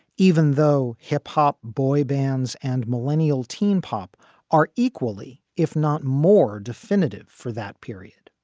even though hip hop boy bands and millennial teen pop are equally, if not more, definitive for that period.